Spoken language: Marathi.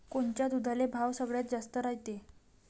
कोनच्या दुधाले भाव सगळ्यात जास्त रायते?